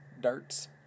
darts